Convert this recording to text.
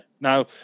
Now